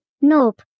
nope